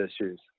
issues